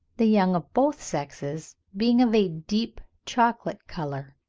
the young of both sexes being of a deep chocolate colour.